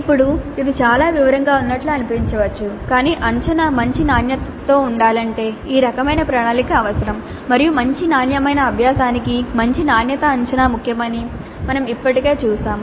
ఇప్పుడు ఇది చాలా వివరంగా ఉన్నట్లు అనిపించవచ్చు కాని అంచనా మంచి నాణ్యతతో ఉండాలంటే ఈ రకమైన ప్రణాళిక అవసరం మరియు మంచి నాణ్యమైన అభ్యాసానికి మంచి నాణ్యత అంచనా ముఖ్యమని మేము ఇప్పటికే చూశాము